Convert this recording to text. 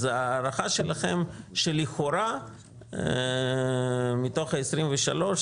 אז ההערכה שלכם שלכאורה מתוך ה-23,